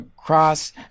Cross